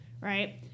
right